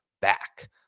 back